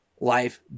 Life